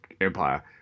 Empire